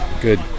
good